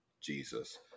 Jesus